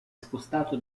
spostato